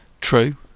True